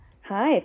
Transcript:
Hi